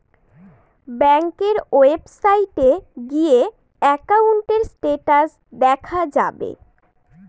ব্যাঙ্কের ওয়েবসাইটে গিয়ে একাউন্টের স্টেটাস দেখা যাবে